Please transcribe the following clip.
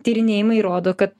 tyrinėjimai rodo kad